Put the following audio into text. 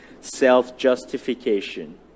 self-justification